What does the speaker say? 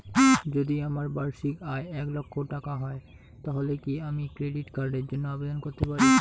যদি আমার বার্ষিক আয় এক লক্ষ টাকা হয় তাহলে কি আমি ক্রেডিট কার্ডের জন্য আবেদন করতে পারি?